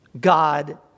God